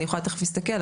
אני יכולה תיכף להסתכל,